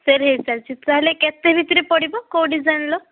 ସେ ଚିତ୍ର ହେଲେ କେତେ ଭିତରେ ପଡ଼ିବ କେଉଁ ଡିଜାଇନ୍ର